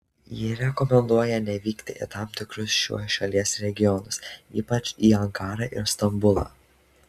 ji rekomenduoja nevykti į tam tikrus šios šalies regionus ypač į ankarą ir stambulą